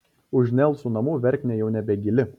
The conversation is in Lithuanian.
už nelsų namų verknė jau nebegili